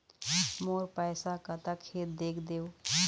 मोर पैसा कतका हे देख देव?